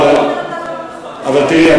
אבל תראי,